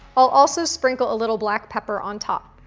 i'll also sprinkle a little black pepper on top.